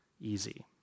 easy